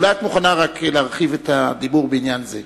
אולי את מוכנה רק להרחיב את הדיבור בעניין זה.